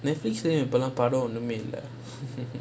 Netflix இப்போல்லாம் படம் ஒன்னுமே இல்ல:ippolaam padam onnumae illa